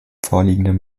vorliegenden